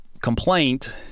complaint